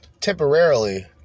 Temporarily